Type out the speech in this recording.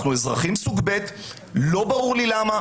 אנחנו אזרחים סוג ב' ולא ברור לי למה.